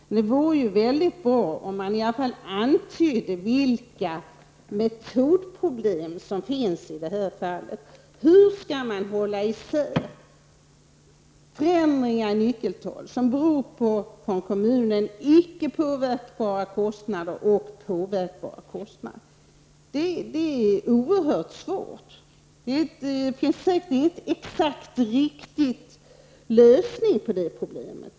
Men det vore mycket bra om man i alla fall antydde vilka metodproblem som finns i detta fall. Hur skall man hålla isär förändringar i nyckeltal som beror på av kommunen icke påverkbara kostnader och påverkbara kostnader? Det är oehört svårt. Det finns säket ingen exakt riktig lösning på det problemet.